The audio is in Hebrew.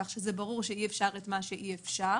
כך שברור שאי אפשר את מה שאי אפשר.